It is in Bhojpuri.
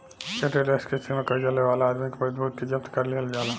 क्रेडिट लेस के स्थिति में कर्जा लेवे वाला आदमी के प्रतिभूति के जब्त कर लिहल जाला